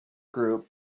group